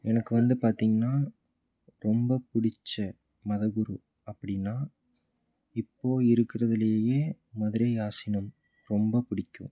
எனக்கு வந்து பார்த்தீங்கன்னா ரொம்பப் பிடிச்ச மத குரு அப்படின்னா இப்போது இருக்கிறதுலேயே மதுரை ஆதீனம் ரொம்பப் பிடிக்கும்